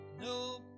No